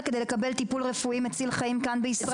כדי לקבל טיפול רפואי מציל חיים כאן בישראל,